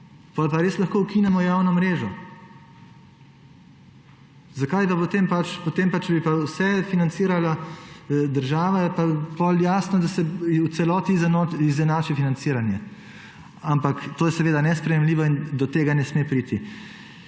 Potem pa res lahko ukinemo javno mrežo. Zakaj pa potem, če bi pa vse financirala država, je pa potem jasno, da se v celoti izenači financiranje, ampak to je seveda nesprejemljivo in do tega ne sme priti.